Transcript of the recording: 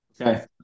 Okay